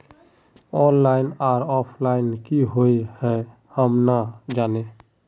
Online आर offline की हुई है हम ना जाने?